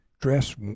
dress